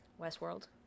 Westworld